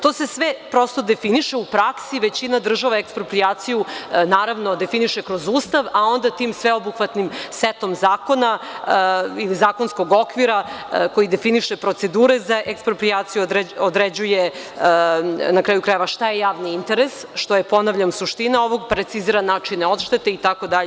To se sve prosto definiše u praksi i većina država eksproprijaciju definiše kroz Ustav, a onda tim sveobuhvatnim setom zakona ili zakonskog okvira koji definiše procedure za eksproprijaciju određuje šta je javni interes, što je ponavljam, suština ovog i precizira način odštete itd.